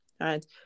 Right